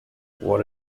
what